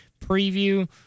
preview